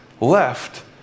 left